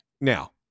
now